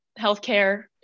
healthcare